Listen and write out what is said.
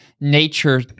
nature